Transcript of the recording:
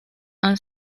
han